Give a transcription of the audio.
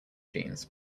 jeans